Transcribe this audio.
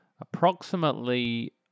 approximately